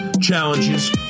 challenges